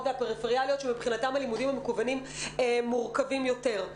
והפריפריאליות שמבחינתן הלימודים המקוונים מורכבים יותר.